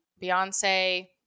Beyonce